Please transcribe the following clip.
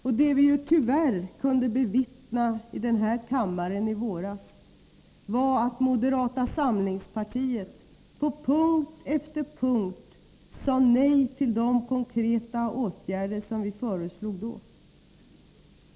Och det vi tyvärr kunde bevittna i den här kammaren i våras var att moderata samlingspartiet på punkt efter punkt sade nej till de konkreta åtgärder som vi föreslog då.